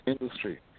industry